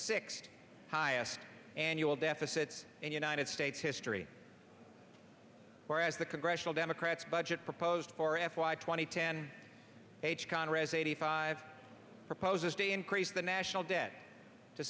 six highest annual deficit and united states history whereas the congressional democrats budget proposed for f y twenty ten h conrad is eighty five proposes to increase the national debt to